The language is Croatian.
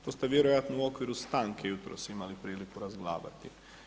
To ste vjerojatno u okviru stanke jutros imali priliku razglabati.